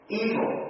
evil